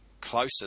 closer